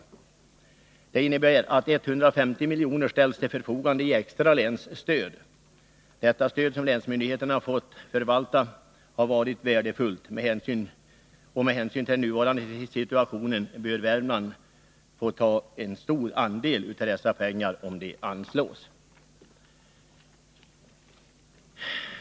Reservationen går ut på att 150 milj.kr. skall ställas till förfogande som extra länsstöd. Länsstödet, som länsmyndigheterna fått förvalta, har varit värdefullt. Med hänsyn till den nuvarande situationen bör Värmland få en stor del av dessa extra pengar, om de anslås.